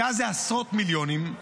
שאז זה עשרות מיליונים,